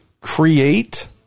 create